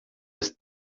ist